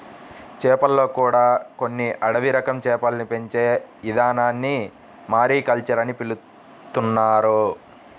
చేపల్లో కూడా కొన్ని అడవి రకం చేపల్ని పెంచే ఇదానాన్ని మారికల్చర్ అని పిలుత్తున్నారు